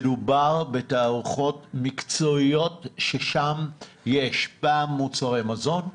מדובר בתערוכות מקצועיות ששם יש פעם מוצרי מזון,